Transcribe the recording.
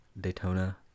Daytona